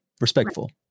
respectful